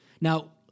Now